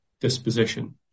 disposition